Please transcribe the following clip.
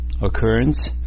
occurrence